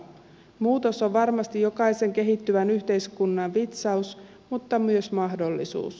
muutos on varmasti jokaisen kehittyvän yhteiskunnan vitsaus mutta myös mahdollisuus